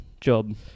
job